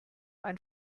ein